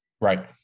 Right